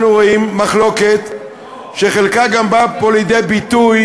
אנחנו רואים מחלוקת שחלקה באה גם פה לידי ביטוי